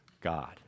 God